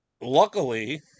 Luckily